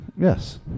Yes